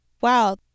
wow